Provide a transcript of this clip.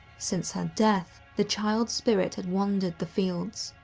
since her death, the child spirit had wandered the fields.